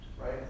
right